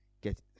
get